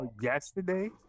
yesterday